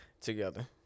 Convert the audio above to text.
together